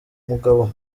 mugabo